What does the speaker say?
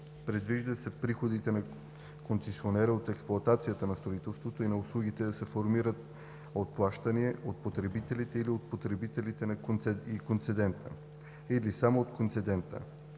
Предвижда се приходите на концесионера от експлоатацията на строителството и на услугите да се формират от плащания от потребителите или от потребителите и концедента, или само от концедента.